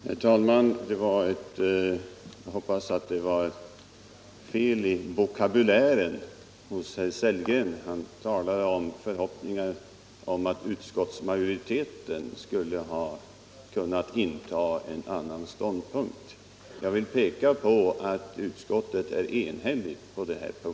Herr talman! Jag hoppas att det var ett fel i herr Sellgrens ordval när han talade om att han hoppats att utskottsmajoriteten skulle ha kunnat inta en annan ståndpunkt. Jag vill påpeka att utskottet är enhälligt på den här punkten.